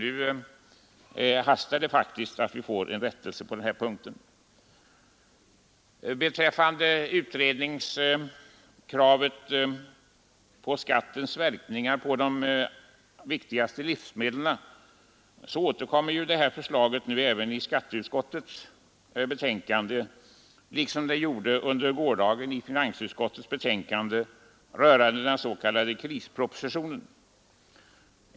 Nu hastar det nämligen med att få en rättelse på denna punkt. verkningar på de viktigaste livsmedlen diskuterades även under gårdagen i samband med finansutskottets betänkande rörande den s.k. krispropositionen.